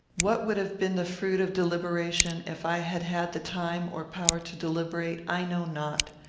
what would have been the fruit of deliberation, if i had had the time or power to deliberate, i know not.